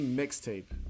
mixtape